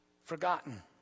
forgotten